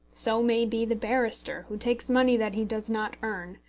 so may be the barrister who takes money that he does not earn,